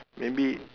maybe